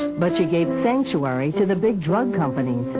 but she gave sanctuary to the big drug company.